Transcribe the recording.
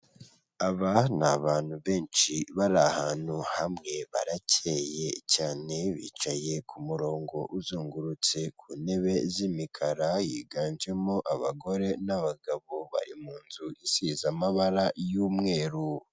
Aba ni abantu benshi bari ahantu hamwe barakeye cyane bicaye kumurongo uzungurutse ku ntebe z'imikara, yiganjemo abagore n'abagabo bari munzu zisa n'amabara y'umweru.